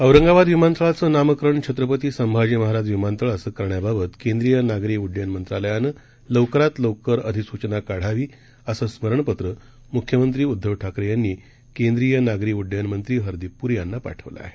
औरंगाबादविमानतळाचंनामकरणछत्रपतीसंभाजीमहाराजविमानतळअसंकरण्याबाबतकेंद्रीयनागरीउड्डयनमंत्राल यानंलवकरातलवकरातअधिसूचनाकाढावी असंस्मरणपत्रमुख्यमंत्रीउद्धवठाकरेयांनीकेंद्रीयनागरीउड्डयनमंत्रीहरदिपपुरीयांनापाठवलंआहे